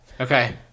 Okay